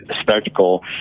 Spectacle